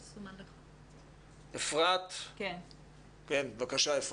אחד, אפרת, בבקשה.